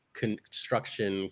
construction